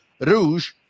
Rouge